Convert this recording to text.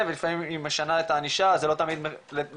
ולפעמים היא משנה את הענישה וזה לא תמיד לחיוב.